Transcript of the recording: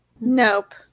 Nope